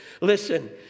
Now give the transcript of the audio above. Listen